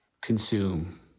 Consume